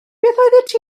beth